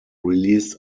released